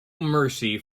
mercy